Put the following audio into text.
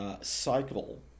cycle